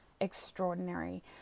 extraordinary